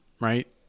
right